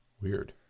Weird